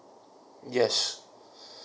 yes